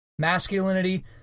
masculinity